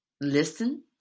Listen